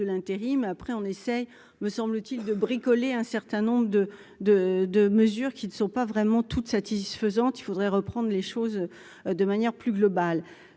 l'intérim après on essaye, me semble-t-il, de bricoler un certain nombre de, de, de mesures qui ne sont pas vraiment toutes satisfaisantes, il faudrait reprendre les choses de manière plus globale,